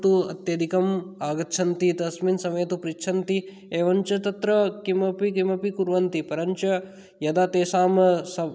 तु अत्यधिकम् आगच्छन्ति तस्मिन् समये तु पृच्छन्ति एवञ्च तत्र किमपि किमपि कुर्वन्ति परञ्च यदा तेषां सव्